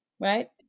right